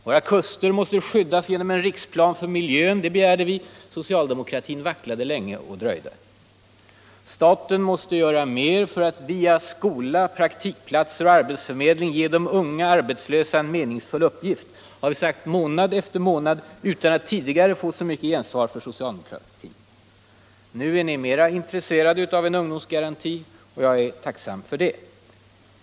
Våra kuster måste skyddas genom en riksplan för miljön, begärde vi, men socialdemokratin vacklade länge och dröjde. Staten måste göra mer för att via skolor, praktikplatser och arbetsförmedlingar ge de unga arbetslösa en meningsfull uppgift, har vi sagt månad efter månad utan att tidigare få så mycket gensvar från socialdemokraterna. Nu är ni mer intresserade av en ungdomsgaranti, och det är jag tacksam för.